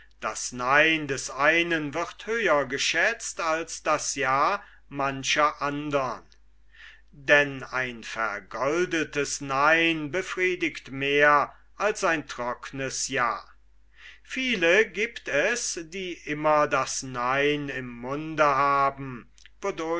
das nein des einen wird höher geschätzt als das ja mancher andern denn ein vergoldetes nein befriedigt mehr als ein trockenes ja viele giebt es die immer das nein im munde haben